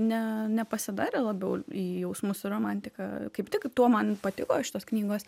ne nepasidarė labiau į jausmus į romantiką kaip tik tuo man patiko šitos knygos